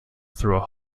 through